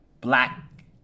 black